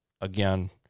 again